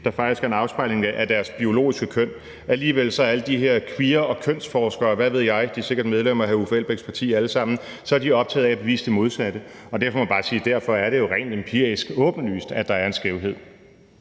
der faktisk er en afspejling af deres biologiske køn. Alligevel er alle de her queer- og kønsforskere, og hvad ved jeg – de er sikkert medlemmer af hr. Uffe Elbæks parti alle sammen – optaget af at bevise det modsatte. Derfor må man bare sige, at det rent empirisk er åbenlyst, at der er en skævhed.